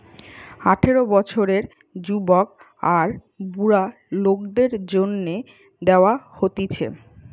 আঠারো বছরের যুবক আর বুড়া লোকদের জন্যে দেওয়া হতিছে